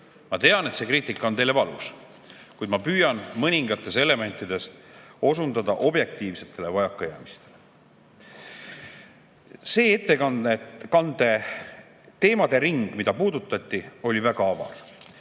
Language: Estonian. Ma tean, et see kriitika on teile valus, kuid ma püüan mõningates elementides osundada objektiivsetele vajakajäämistele. See teemade ring, mida ettekandes puudutati, oli väga avar.